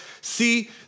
see